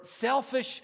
selfish